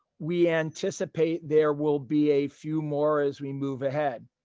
we anticipate there will be a few more as we move ahead.